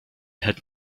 had